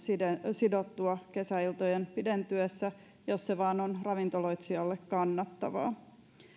sidottua kesäiltojen pidentyessä jos se vaan on ravintoloitsijalle kannattavaa